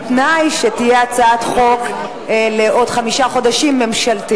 בתנאי שתהיה הצעת חוק ממשלתית לעוד חמישה חודשים.